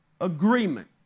agreement